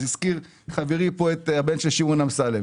הזכיר חברי פה את הבן של שמעון אמסלם.